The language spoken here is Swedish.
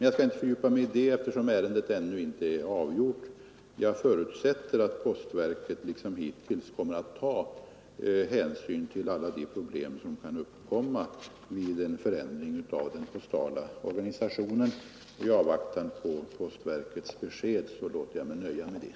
Jag skall inte fördjupa mig i detta, eftersom ärendet ännu inte är avgjort. Jag förutsätter att postverket liksom hittills kommer att ta hänsyn till alla de problem som kan uppkomma vid en förändring i den postala organisationen. I avvaktan på postverkets besked nöjer jag mig med detta.